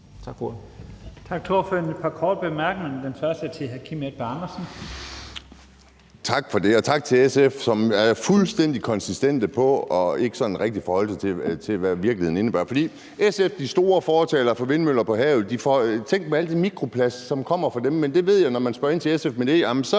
Tak for det, og tak til SF, som er fuldstændig konsistente i forhold til ikke rigtig at forholde sig til, hvad virkeligheden indebærer. SF er store fortalere for vindmøller på havet. Tænk på al den mikroplast, der kommer fra dem. Man jeg ved, at når man spørger ind til SF om det,